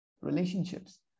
relationships